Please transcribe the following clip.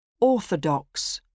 Orthodox